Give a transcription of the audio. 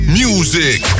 music